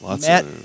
Matt